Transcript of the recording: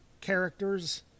characters